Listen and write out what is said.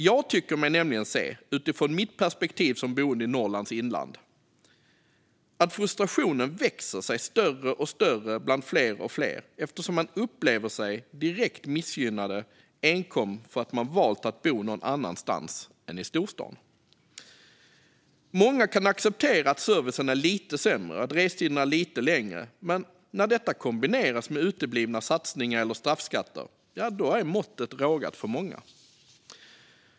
Jag tycker mig nämligen se utifrån mitt perspektiv som boende i Norrlands inland att frustrationen växer sig allt större bland fler och fler eftersom de upplever sig direkt missgynnade enkom för att de valt att bo någon annanstans än i storstan. Många kan acceptera att servicen är lite sämre och restiderna lite längre, men när detta kombineras med uteblivna satsningar eller straffskatter är måttet rågat för många.